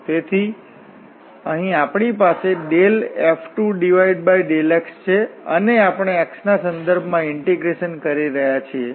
તેથી અહીં આપણી પાસે F2∂x છે અને આપણે x ના સંદર્ભમાં ઇન્ટીગ્રેશન કરી રહ્યા છીએ